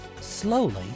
Slowly